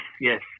yes